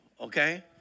okay